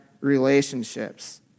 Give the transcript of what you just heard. relationships